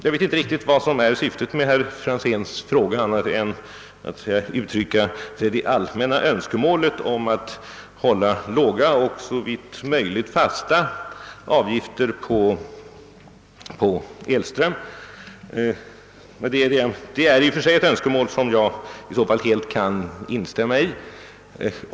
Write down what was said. Jag vet inte om herr Franzén har något annat syfte med sin fråga annat än att uttrycka det allmänna önskemålet om att man håller låga och såvitt möjligt fasta avgifter på elström. Det är i och för sig ett önskemål som jag kan helt instämma i.